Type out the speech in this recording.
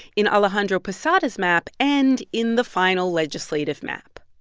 in alejandro posada's map and in the final legislative map.